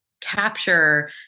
capture